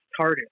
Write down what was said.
TARDIS